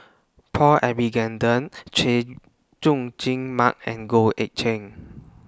Paul Chay Jung Jun Mark and Goh Eck Kheng